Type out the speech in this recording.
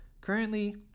Currently